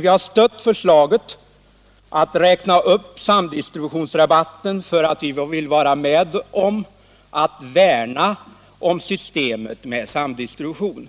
Vi har stött förslaget att räkna upp samdistributionsrabatten därför att vi vill vara med och värna om systemet med samdistribution.